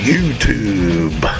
YouTube